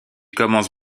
commence